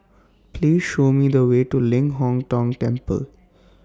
Please Show Me The Way to Ling Hong Tong Temple